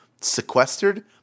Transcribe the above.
sequestered